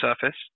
surface